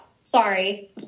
sorry